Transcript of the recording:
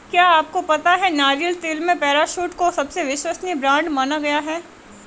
क्या आपको पता है नारियल तेल में पैराशूट को सबसे विश्वसनीय ब्रांड माना गया है?